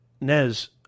Nez